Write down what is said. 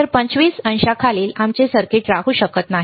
तर 25 अंशाखालील आमचे सर्किट राहू शकत नाही